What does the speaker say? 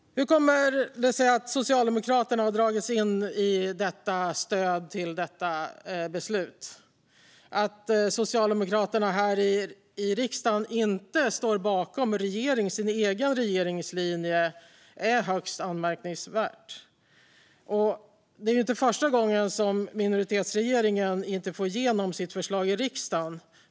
Hur kommer det sig att Socialdemokraterna har dragits in i stödet till detta beslut? Att socialdemokraterna här i riksdagen inte står bakom sin egen regerings linje är högst anmärkningsvärt. Det är inte första gången som minoritetsregeringen inte får igenom sitt förslag i riksdagen.